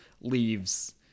leaves